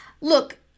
Look